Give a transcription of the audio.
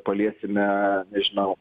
paliesime nežinau